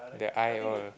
the eye all